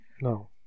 No